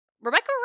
Rebecca